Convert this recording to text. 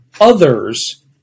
others